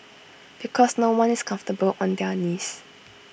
because no one is comfortable on their knees